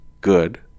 good